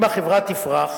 אם החברה תפרח,